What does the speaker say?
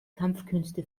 kampfkünste